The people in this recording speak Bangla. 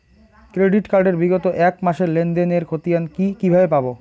ক্রেডিট কার্ড এর বিগত এক মাসের লেনদেন এর ক্ষতিয়ান কি কিভাবে পাব?